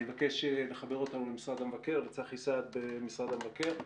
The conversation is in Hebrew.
אני מ בקש לחבר אותנו לצחי סעד במשרד המבקר.